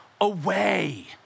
away